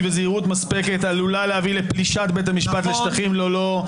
וזהירות מספקת עלולה להביא לפלישת בית המשפט לשטחים לא לא.